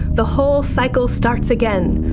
the whole cycle starts again.